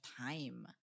time